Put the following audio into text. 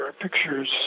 pictures